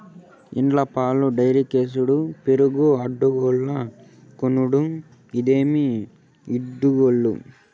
ఇండ్ల పాలు డైరీకేసుడు పెరుగు అంగడ్లో కొనుడు, ఇదేమి ఇడ్డూరం